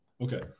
Okay